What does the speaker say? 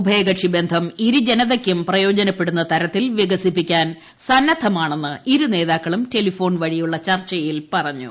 ഉഭയകക്ഷിബന്ധം ഇരുജനതയ്ക്കും പ്രയോജനപ്പെടുന്ന തരത്തിൽ വികസിപ്പിക്കാൻ സന്നദ്ധമാണെന്ന് ഇരു നേതാക്കളും ടെലിഫോൺ വഴിയുള്ള ചർച്ചയിൽ പറഞ്ഞു